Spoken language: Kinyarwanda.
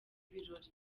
birori